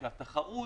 כשהתחרות,